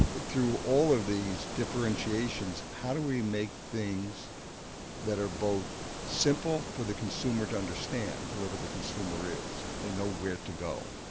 through all of these differentiations, how do we make things that are both simple for the consumer to understand, who ever the consumer is, they know where to go,